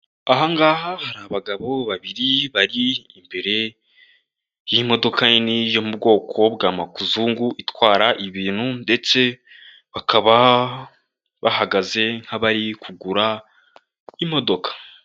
Aha ngaha hari abagabo babiri, bari imbere y'imodoka nini, yo mu bwoko bwa makuzungu itwara ibintu, ndetse bakaba bahagaze nk'abari kugura imodoka.